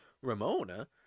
Ramona